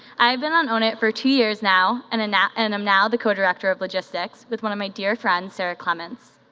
i've been on own it for two years now and and and i'm now the co-director of logistics with one of my dear friends, sarah clemens.